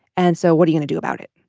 and so what are you to do about it.